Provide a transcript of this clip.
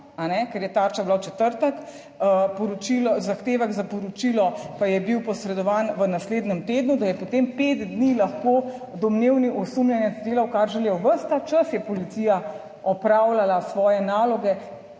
ker je tarča bila v četrtek, poročilo, zahtevek za poročilo pa je bil posredovan v naslednjem tednu, da je potem pet dni lahko domnevni osumljenec delal, kar je želel. Ves ta čas je policija opravljala svoje naloge